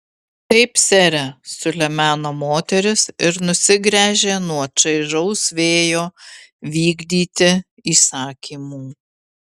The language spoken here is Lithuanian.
taip sere sulemeno moteris ir nusigręžė nuo čaižaus vėjo vykdyti įsakymų